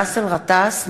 באסל גטאס,